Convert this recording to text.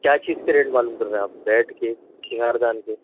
کیا چیز کے ریٹ معلوم کرنا ہیں آپ بیڈ کے سنگاردان کے